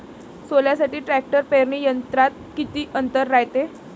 सोल्यासाठी ट्रॅक्टर पेरणी यंत्रात किती अंतर रायते?